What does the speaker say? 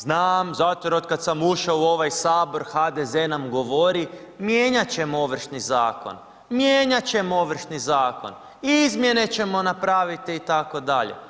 Znam zato jer otkad samo ušao u ovaj sabor HDZ nam govori mijenjat ćemo Ovršni zakon, mijenjat ćemo Ovršni zakon, izmjene ćemo napraviti itd.